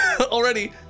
already